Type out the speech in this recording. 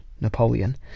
Napoleon